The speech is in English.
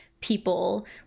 people